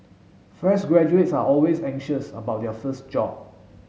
fresh graduates are always anxious about their first job